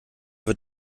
wird